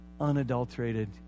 unadulterated